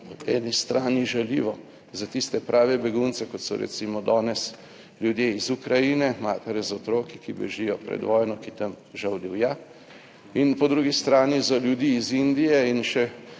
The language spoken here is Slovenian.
po eni strani žaljivo za tiste prave begunce, kot so recimo danes ljudje iz Ukrajine, matere z otroki, ki bežijo pred vojno, ki tam žal divja in po drugi strani za ljudi iz Indije in še